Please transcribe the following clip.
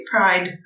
Pride